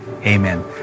amen